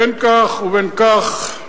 בין כך ובין כך,